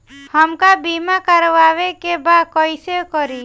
हमका बीमा करावे के बा कईसे करी?